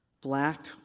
Black